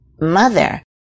Mother